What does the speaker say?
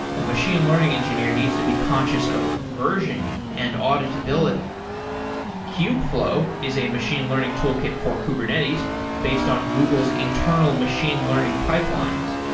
a machine learning engineer needs to be conscious of versioning and auditability kubeflow is a machine learning toolkit for kubernetes based on google's internal machine learning pipelines.